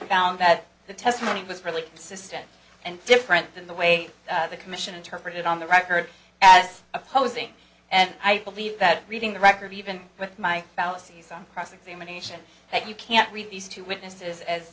found that the testimony was really system and different than the way the commission interpret it on the record as opposing and i believe that reading the record even with my fallacies on cross examination that you can't read these two witnesses as